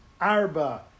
arba